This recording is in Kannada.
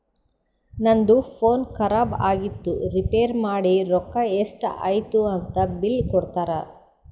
ನಂದು ಫೋನ್ ಖರಾಬ್ ಆಗಿತ್ತು ರಿಪೇರ್ ಮಾಡಿ ರೊಕ್ಕಾ ಎಷ್ಟ ಐಯ್ತ ಅಂತ್ ಬಿಲ್ ಕೊಡ್ತಾರ್